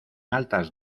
altas